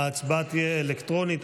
ההצבעה תהיה אלקטרונית.